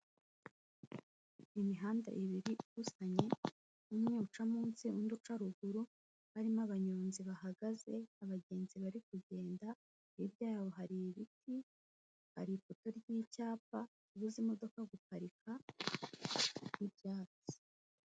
Imihanda ibiri ibusanye umwe uca munsi undi uca ruguru, harimo abanyonzi bahagaze abagenzi bari kugenda hirya yaho hari ibiti, hari ipoto ry'icyapa ribuza imodoka guparika n'ibyatsi.